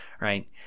right